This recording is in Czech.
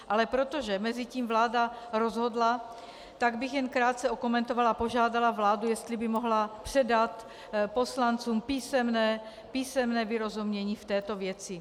Ale protože mezitím vláda rozhodla, tak bych jen krátce okomentovala a požádala vládu, jestli by mohla předat poslancům písemné vyrozumění v této věci.